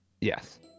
yes